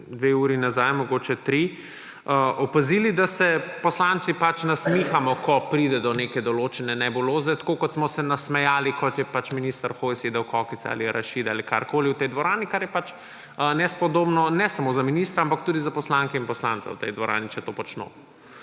dve uri nazaj, mogoče tri, opazili, da se poslanci pač nasmihamo, ko pride do neke določene nebuloze, tako kot smo se nasmejali, ko je pač minister Hojs jedel kokice, ali arašide, ali karkoli v tej dvorani, kar je pač nespodobno ne samo za ministra, ampak tudi za poslanke in poslance v tej dvorani, če to počno.